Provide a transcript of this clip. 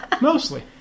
Mostly